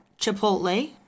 Chipotle